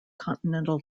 continental